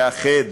לאחד,